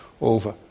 over